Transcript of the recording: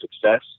success